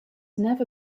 never